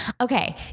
Okay